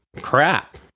crap